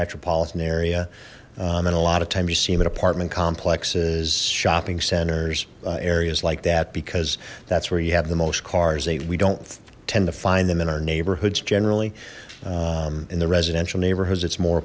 metropolitan area and a lot of times you see matt apartment complexes shopping centers areas like that because that's where you have the most cars they we don't tend to find them in our neighborhoods generally in the residential neighborhoods it's more